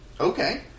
okay